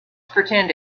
pretend